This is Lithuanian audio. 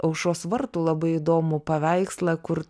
aušros vartų labai įdomų paveikslą kur